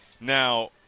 Now